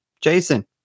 Jason